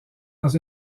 dans